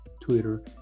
Twitter